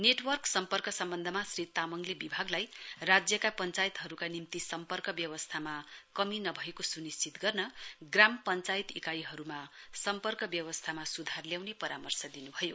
network सम्पर्क सम्वन्धमा श्री तामङले विभागलाई राज्यका पञ्चायतहरुका निम्ति सम्पर्क व्यवस्थामा कमी नभएको सुनिश्चित गर्न ग्राम पश्चायत इकाइहरुमा सम्पर्क व्यवस्तामा सुधार ल्याउने परामर्श दिनुभयो